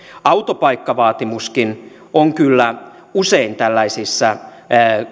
autopaikkavaatimuskin on kyllä usein tällaisissa